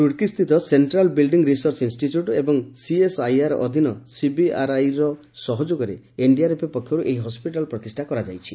ରୁର୍କିସ୍ଥିତ central building research institute ଏବଂ CSIR ଅଧୀନ ସିବିଆର୍ଆଇର ସହଯୋଗରେ ଏନ୍ଡିଆର୍ଏଫ୍ ପକ୍ଷରୁ ଏହି ହସ୍କିଟାଲ ପ୍ରତିଷ୍ଠା କରାଯାଇଛି